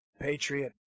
Patriot